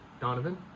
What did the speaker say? Donovan